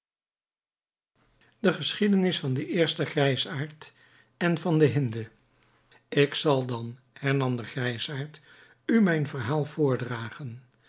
toe geschiedenis van den eersten grijsaard en van de hinde ik zal dan hernam de grijsaard u mijn verhaal voordragen